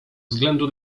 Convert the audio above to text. względu